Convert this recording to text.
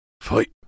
Fight